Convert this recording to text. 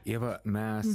ieva mes